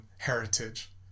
Heritage